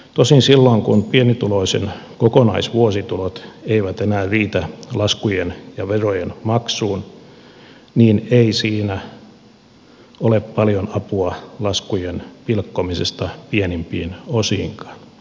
tosin silloin kun pienituloisen kokonaisvuositulot eivät enää riitä laskujen ja verojen maksuun niin ei siinä ole paljon apua laskujen pilkkomisesta pienempiin osiinkaan